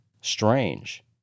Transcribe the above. strange